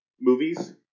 movies